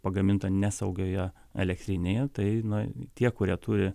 pagaminta nesaugioje elektrinėje tai na tie kurie turi